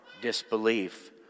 disbelief